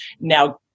now